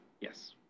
Yes